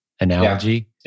analogy